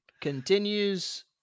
Continues